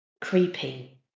Creepy